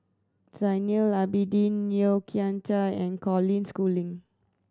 Zainal Abidin Yeo Kian Chai and Colin Schooling